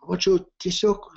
mačiau tiesiog